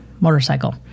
motorcycle